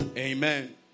Amen